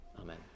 amen